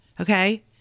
Okay